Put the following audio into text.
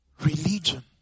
religion